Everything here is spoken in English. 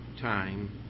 time